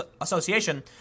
Association